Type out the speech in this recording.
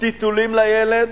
טיטולים לילד,